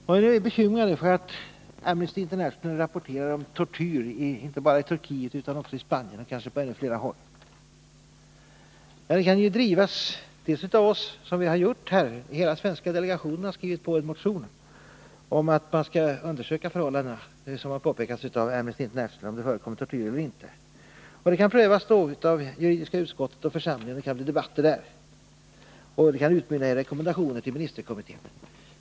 Om vi är bekymrade för att Amnesty International rapporterar om tortyr inte bara i Turkiet utan också i Spanien och kanske på ännu fler håll, kan frågan drivas av oss så som vi har gjort — hela den svenska delegationen har skrivit på en motion om att man skall undersöka de förhållanden som påtalats av Amnesty International för att få klarhet i om det har förekommit tortyr eller inte. Detta kan prövas av juridiska utskottet och församlingen. Det kan bli debatter, och det hela kan utmynna i rekommendationer till ministerkommittén.